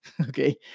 Okay